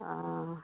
অঁ